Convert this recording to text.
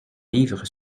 livre